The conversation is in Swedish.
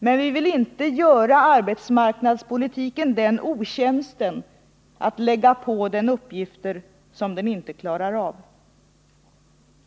Men vi vill inte göra arbetsmarknadspolitiken den otjänsten att lägga på den uppgifter som den inte klarar av.